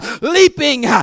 leaping